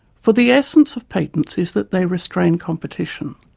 for the essence of patents is that they restrain competition.